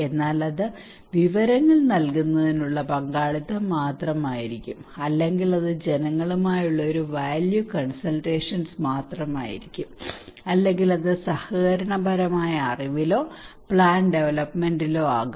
എന്നാൽ അത് വിവരങ്ങൾ നൽകുന്നതിനുള്ള പങ്കാളിത്തം മാത്രമായിരിക്കാം അല്ലെങ്കിൽ അത് ജനങ്ങളുമായുള്ള ഒരു വാല്യൂ കൺസൾറ്റഷൻ മാത്രമായിരിക്കാം അല്ലെങ്കിൽ അത് സഹകരണപരമായ അറിവിലോ പ്ലാൻ ഡെവലൊപ്മെന്റിലോ ആകാം